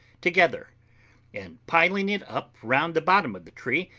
together and, piling it up round the bottom of the tree,